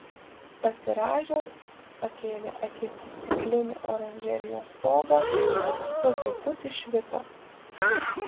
pasirąžęs pakėlė akis į stiklinį oranžerijos stogą po truputį švito